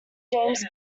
james